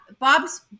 Bob's